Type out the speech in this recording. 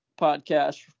podcast